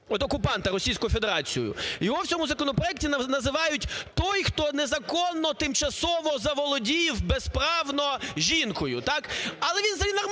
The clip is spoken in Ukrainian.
окупанта – Російську Федерацію, його в цьому законопроекті називають: той, хто незаконно тимчасово заволодів безправно жінкою, так? Але він взагалі нормальних